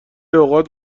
اوقات